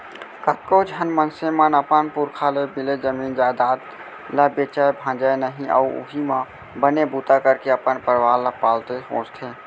कतको झन मनसे मन अपन पुरखा ले मिले जमीन जयजाद ल बेचय भांजय नइ अउ उहीं म बने बूता करके अपन परवार ल पालथे पोसथे